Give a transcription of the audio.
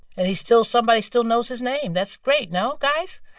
and he's still somebody still knows his name. that's great. no, guys?